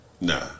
Nah